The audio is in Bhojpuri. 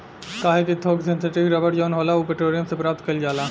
काहे कि थोक सिंथेटिक रबड़ जवन होला उ पेट्रोलियम से प्राप्त कईल जाला